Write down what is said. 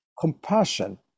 compassion